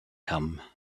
come